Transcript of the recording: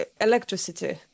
electricity